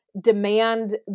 demand